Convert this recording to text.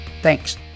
Thanks